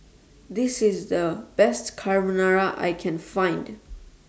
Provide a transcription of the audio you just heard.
This IS The Best Carbonara I Can Find